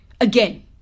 again